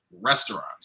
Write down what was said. restaurants